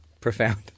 profound